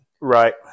Right